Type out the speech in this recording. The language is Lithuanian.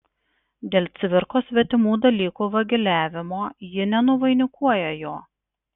dėl cvirkos svetimų dalykų vagiliavimo ji nenuvainikuoja jo